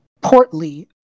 portly